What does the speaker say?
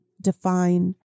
define